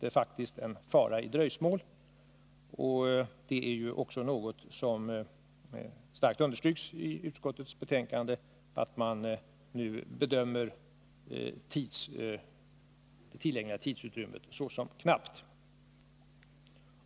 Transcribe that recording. Ett dröjsmål innebär faktiskt en fara. I utskottsbetänkandet understryks också starkt att man bedömer det tillgängliga tidsutrymmet som knappt.